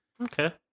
Okay